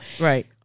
Right